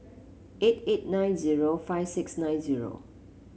eight eight nine zero five six nine zero